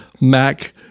Mac